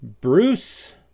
Bruce